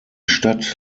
stadt